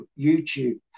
YouTube